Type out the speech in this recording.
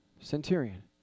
centurion